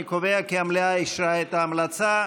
אני קובע כי המליאה אישרה את ההמלצה.